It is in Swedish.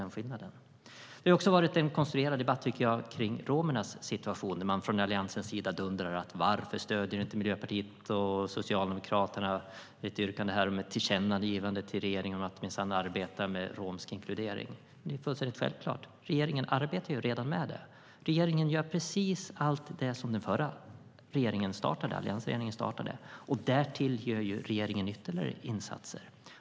Jag tycker att det också har varit en konstruerad debatt om romernas situation. Alliansen dundrar och frågar varför Miljöpartiet och Socialdemokraterna inte stöder yrkandet om ett tillkännagivande till regeringen om att minsann arbeta med romsk inkludering. Men det är fullständigt självklart. Regeringen arbetar redan med det. Regeringen gör precis allt det som alliansregeringen startade. Därtill gör regeringen ytterligare insatser.